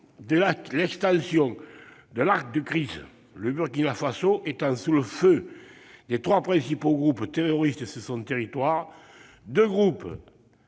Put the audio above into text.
de l'extension de l'arc de crise, le Burkina Faso étant sous le feu des trois principaux groupes terroristes sur son territoire. Deux groupes